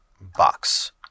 box